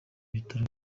ibitaro